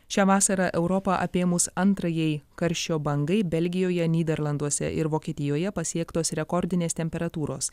šią vasarą europą apėmus antrajai karščio bangai belgijoje nyderlanduose ir vokietijoje pasiektos rekordinės temperatūros